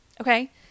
Okay